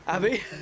Abby